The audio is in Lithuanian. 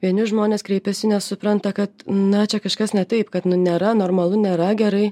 vieni žmonės kreipiasi nes supranta kad na čia kažkas ne taip kad nu nėra normalu nėra gerai